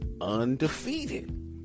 undefeated